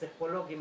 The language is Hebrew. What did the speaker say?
פסיכולוגים,